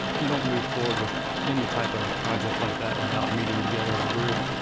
you don't move forward with any type of a project like that without meeting together as a group,